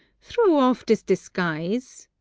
throw off this disguise!